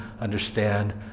understand